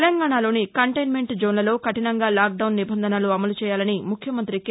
తెలంగాణాలోని కంపైన్తెంట్ జోన్లలో కఠినంగా లాక్డాన్ నిబంధనలు అమలు చేయాలని ముఖ్యమంత్రి కె